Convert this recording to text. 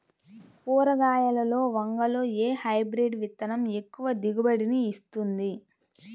కూరగాయలలో వంగలో ఏ హైబ్రిడ్ విత్తనం ఎక్కువ దిగుబడిని ఇస్తుంది?